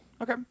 Okay